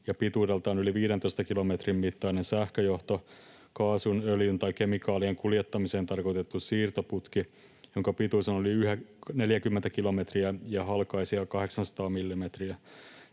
ja pituudeltaan yli 15 kilometrin mittainen sähköjohto, kaasun, öljyn tai kemikaalien kuljettamiseen tarkoitettu siirtoputki, jonka pituus oli yli 40 kilometriä ja halkaisija 800 millimetriä,